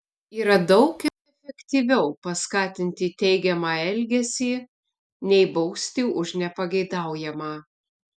yra daug efektyviau paskatinti teigiamą elgesį nei bausti už nepageidaujamą